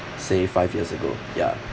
say five years ago ya